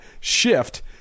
shift